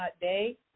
day